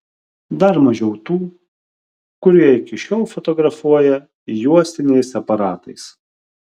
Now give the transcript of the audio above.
dar mažiau tų kurie iki šiol fotografuoja juostiniais aparatais